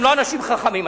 הם לא אנשים חכמים.